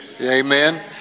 Amen